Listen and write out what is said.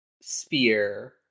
spear